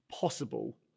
possible